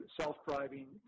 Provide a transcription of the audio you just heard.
self-driving